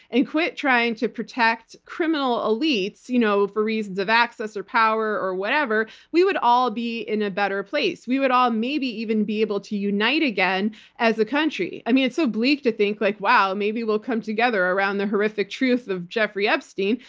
and quit trying to protect criminal elites, you know for reasons of access or power or whatever, we would all be in a better place. we would all maybe even be able to unite again as a country. it's so bleak to think, like wow, maybe we'll come together around the horrific truth of jeffrey epstein,